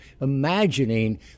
imagining